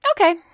Okay